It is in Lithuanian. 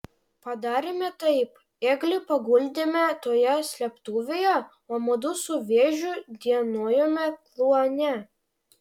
padarėme taip ėglį paguldėme toje slėptuvėje o mudu su vėžiu dienojome kluone